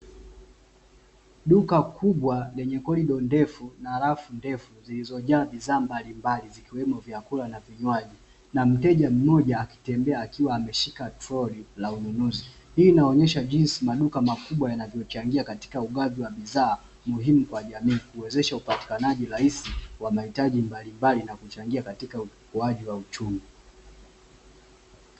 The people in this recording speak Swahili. Duka kubwa lenye korido ndefu na rafu ndefu zilizojaa bidhaa mbalimbali zikiwepo vyakula na vinywaji. Na mteja mmoja akitembea akiwa ameshika toroli la ununuzi. Hii inaonyesha jinsi maduka makubwa, yanavyochangia katika ugavi wa bidhaa muhimu kwa jamii. Kuwezesha upatikanaji rahisi wa mahitaji mbalimbali na kuchangia katika ukuaji wa uchumi.